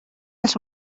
els